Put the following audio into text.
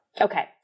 Okay